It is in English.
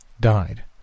died